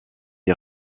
est